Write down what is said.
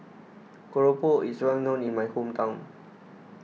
Keropok is well known in my hometown